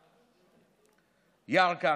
ירכא,